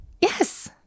Yes